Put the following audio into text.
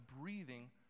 breathing